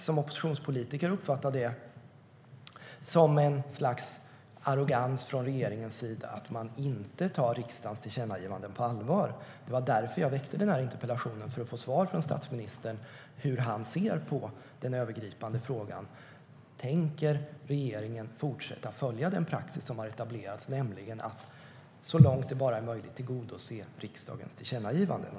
Som oppositionspolitiker är det lätt att uppfatta det som ett slags arrogans från regeringen att den inte tar riksdagens tillkännagivanden på allvar. Jag väckte denna interpellation för att få svar från statsministern på hur han ser på den övergripande frågan: Tänker regeringen fortsätta att följa den praxis som har etablerats, nämligen att så långt det bara är möjligt tillgodose riksdagens tillkännagivanden?